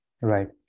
Right